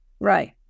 Right